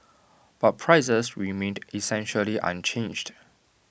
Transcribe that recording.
but prices remained essentially unchanged